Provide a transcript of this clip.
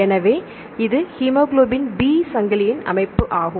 எனவே இது haemoglobin b சங்கிலியின் அமைப்பு ஆகும்